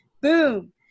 boom